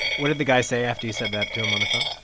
what did the guy say after you said that to him on the phone?